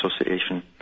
association